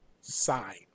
sign